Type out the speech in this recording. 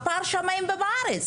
הפער שמיים וארץ.